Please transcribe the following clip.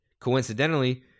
Coincidentally